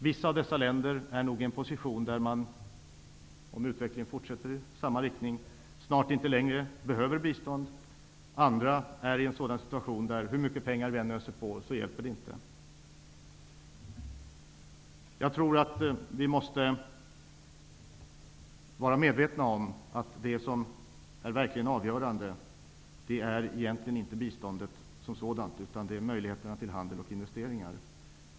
Vissa av dessa länder har nog en position, om utvecklingen fortsätter i samma riktning, som innebär att man snart inte behöver något bistånd. Andra är i en situation där ingenting hjälper, hur mycket pengar vi än öser på. Jag tror att vi måste vara medvetna om att det verkligt avgörande egentligen inte är biståndet som sådant utan möjligheterna till handel och investeringar.